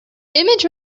image